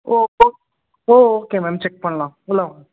ஓ ஓ ஓ okay ma'am check பண்ணலாம் உள்ளே வாங்க